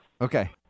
okay